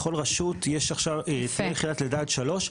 בכל רשות יש עכשיו יחידת לידה עד שלוש.